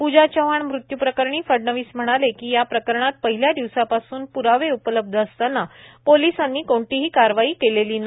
पूजा चव्हाण मृत्यू प्रकरणी फडनवीस म्हणाले की या प्रकरणात पहिल्या दिवसापासून प्रावे उपलब्ध असताना पोलिसांनी कोणतीही कारवाई केलेली नाही